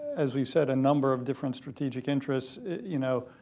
as weve said, a number of different strategic interests. you know,